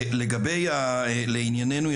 לעניינו,